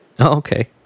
okay